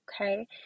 okay